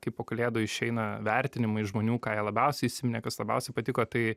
kai po kalėdų išeina vertinimai žmonių ką jie labiausiai įsiminė kas labiausiai patiko tai